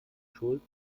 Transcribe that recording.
schulz